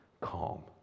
calm